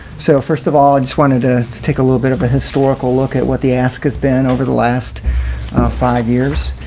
so first of all, i just wanted ah to take a little bit of a historical look at what the ask has been over the last five years.